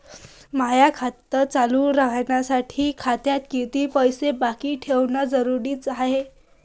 माय खातं चालू राहासाठी खात्यात कितीक पैसे बाकी ठेवणं जरुरीच हाय?